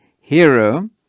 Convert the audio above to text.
hero